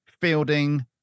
Fielding